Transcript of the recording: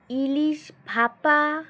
ইলিশ ভাপা